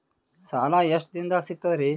ಸಾಲಾ ಎಷ್ಟ ದಿಂನದಾಗ ಸಿಗ್ತದ್ರಿ?